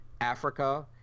Africa